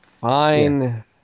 Fine